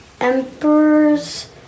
emperor's